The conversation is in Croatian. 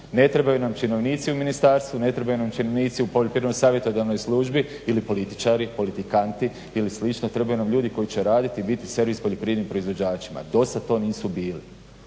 Ne trebaju nam činovnici u ministarstvu, ne trebaju nam činovnici u Poljoprivredno-savjetodavnoj službi ili političari, politikanti ili slično. Trebaju nam ljudi koji će raditi i biti servis poljoprivrednim proizvođačima, dosad to nisu bili